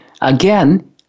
Again